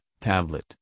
tablet